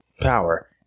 power